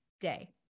day